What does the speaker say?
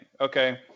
Okay